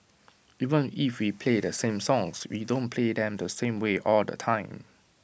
even if we play the same songs we don't play them the same way all the time